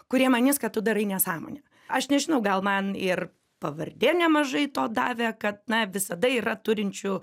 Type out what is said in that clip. kurie manys kad tu darai nesąmonę aš nežinau gal man ir pavardė nemažai to davė kad na visada yra turinčių